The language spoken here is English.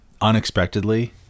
unexpectedly